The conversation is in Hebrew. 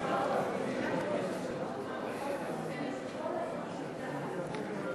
סמכות עניינית בתביעות כרוכות),